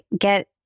get